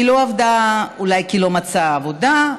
היא לא עבדה אולי כי לא מצאה עבודה,